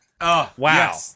Wow